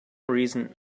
reason